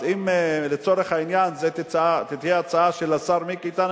אז אם לצורך העניין זו תהיה הצעה של השר מיקי איתן,